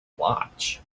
watch